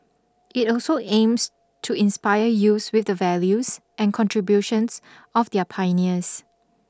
it also aims to inspire youths with the values and contributions of their pioneers